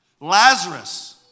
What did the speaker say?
Lazarus